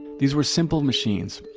these were simple machines.